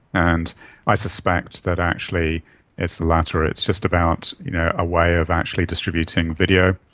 and i suspect that actually it's the latter, it's just about you know a way of actually distributing video.